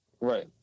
Right